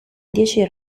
dieci